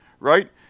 right